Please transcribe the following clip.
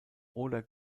oder